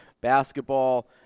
basketball